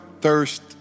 thirst